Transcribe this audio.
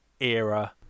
era